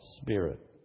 spirit